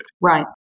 Right